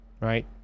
right